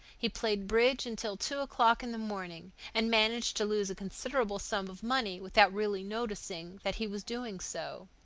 he played bridge until two o'clock in the morning, and managed to lose a considerable sum of money without really noticing that he was doing so.